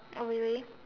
oh really